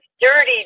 dirty